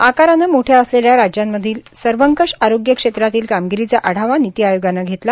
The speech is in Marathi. आकारानं मोठ्या असलेल्या राज्यांमधील सर्वंकश आरोग्य क्षेत्रातील कामगिरीचा आढावा निती आयोगानं घेतला